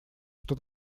что